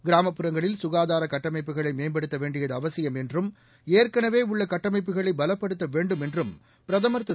கிராமப்புறங்களில் சுகாதார கட்டமைப்புகளை மேம்படுத்த வேண்டியது அவசியம் என்றும் ஏற்கனவே உள்ள கட்டமைப்புகளை பலப்படுத்த வேண்டும் என்றும் பிரதமர் திரு